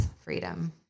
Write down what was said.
Freedom